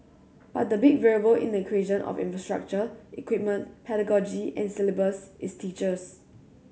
but the big variable in the equation of infrastructure equipment pedagogy and syllabus is teachers